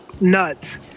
nuts